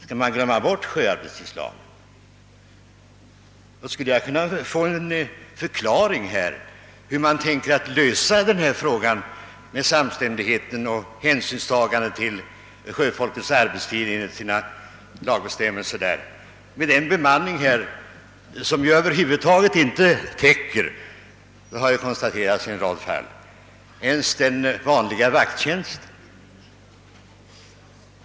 Skall man glömma bort sjöarbetstidslagen? Skulle jag kunna få en förklaring hur man tänker lösa denna fråga med samstämmigheten och hänsynstagandet till sjöfolkets arbetstid enligt lagbestämmelserna med en bemanning som över huvud taget inte täcker — det har konstaterats i en rad fall — ens den vanliga vakttjänsten?